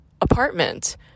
apartment